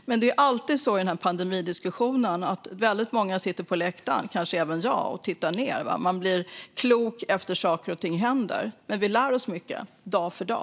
Det är alltid så i pandemidiskussionen att många sitter på läktaren - kanske även jag - och tittar ned. Man blir klok efter det att saker och ting händer. Men vi lär oss mycket dag för dag.